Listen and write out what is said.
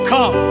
Come